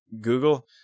Google